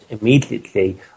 immediately